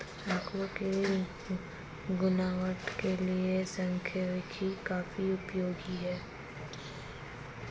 आकड़ों की गुणवत्ता के लिए सांख्यिकी काफी उपयोगी है